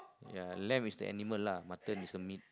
ya lamb is the animal lah mutton is the meat